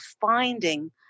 finding